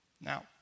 Now